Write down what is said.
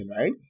right